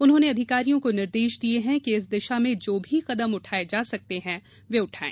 उन्होंने अधिकारियों को निर्देश दिए हैं कि इस दिशा में जो भी कदम उठाए जा सकते हैं वे उठाएं